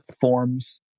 forms